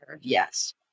Yes